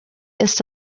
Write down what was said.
ist